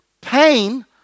pain